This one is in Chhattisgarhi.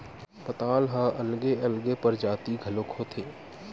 पताल ह अलगे अलगे परजाति घलोक होथे